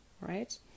right